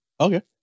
okay